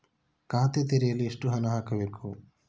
ಖಾತೆ ತೆರೆಯಲು ಎಷ್ಟು ಹಣ ಹಾಕಬೇಕು?